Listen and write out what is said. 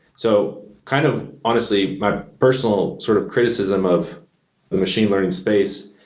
so kind of honestly, my personal sort of criticism of the machine learning space,